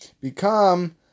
become